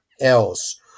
else